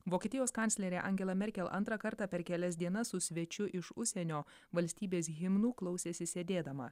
vokietijos kanclerė angela merkel antrą kartą per kelias dienas su svečiu iš užsienio valstybės himnų klausėsi sėdėdama